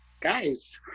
Guys